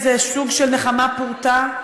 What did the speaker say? איזה סוג של נחמה פורתא,